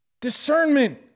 Discernment